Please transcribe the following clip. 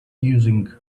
using